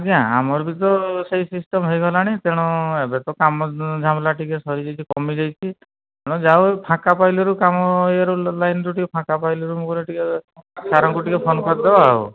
ଆଜ୍ଞା ଆମର ବି ତ ସେଇ ସିଷ୍ଚମ୍ ହୋଇଗଲାଣି ତେଣୁ ଏବେ ତ କାମ ଝାମେଲା ଟିକେ ସରି ଯାଇଛି କମି ଯାଇଛି ତେଣୁ ଯାହା ହେଉ ଫାଙ୍କା ପାଇଲାରୁ କାମ ଇଏରୁ ଲାଇନ୍ରୁ ଟିକେ ଫାଙ୍କା ପାଇଲାରୁ ମୁଁ କହିଲି ଟିକେ ସାର୍ଙ୍କୁ ଟିକେ ଫୋନ୍ କରିଦେବା ଆଉ